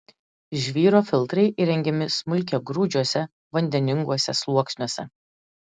žvyro filtrai įrengiami smulkiagrūdžiuose vandeninguosiuose sluoksniuose